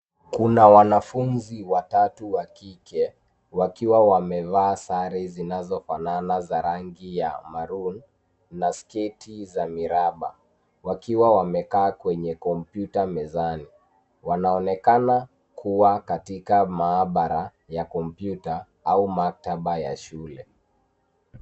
Kuna wanafunzi watatu wa kike wakiwa wamevaa sare zinazofanana za rangi ya maroon na sketi za miraba, wakiwa wamekaa kwenye kompyuta mezani. Wanaonekana kuwa katika maabara ya kompyuta au maktaba ya shule.